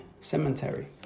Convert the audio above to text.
cemetery